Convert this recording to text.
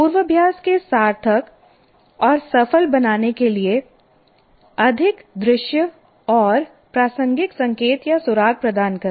पूर्वाभ्यास को सार्थक और सफल बनाने के लिए अधिक दृश्य और प्रासंगिक संकेत या सुराग प्रदान करें